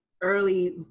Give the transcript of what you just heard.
early